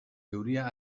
euria